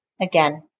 Again